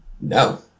no